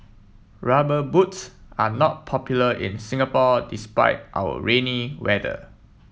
rubber boots are not popular in Singapore despite our rainy weather